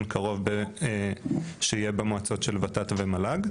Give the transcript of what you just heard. הקרוב שיהיה במועצות של הוועדה לתכנון ותקצוב והמועצה להשכלה גבוהה.